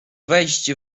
wejść